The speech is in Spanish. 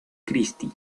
christi